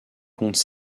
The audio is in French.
compte